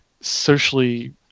socially